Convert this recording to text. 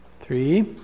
three